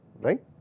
right